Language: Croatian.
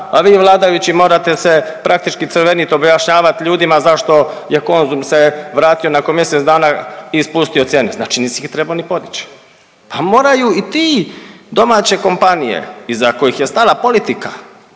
a vi, vladajući, morate se praktički crveniti, objašnjavati ljudima zašto je Konzum se vratio nakon mjesec dana i spustio cijene, znači nisi ih trebao ni podići. Pa moraju i ti domaće kompanije iza kojih je stala politika